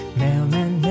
mailman